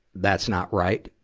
that's not right,